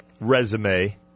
resume